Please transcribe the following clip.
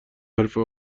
حرفه